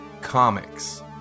comics